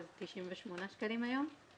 למעלה מ-50 מיליון תיקים --- אבל